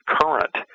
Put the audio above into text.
current